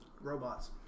robots